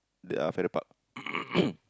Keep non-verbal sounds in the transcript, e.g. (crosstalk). the ah Farrer-Park (noise)